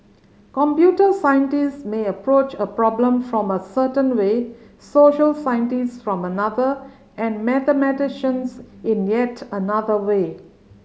computer scientist may approach a problem from a certain way social scientist from another and mathematicians in yet another way